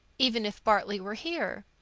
even if bartley were here.